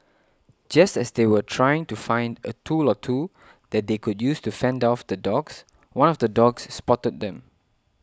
just as they were trying to find a tool or two that they could use to fend off the dogs one of the dogs spotted them